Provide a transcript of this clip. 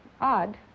odd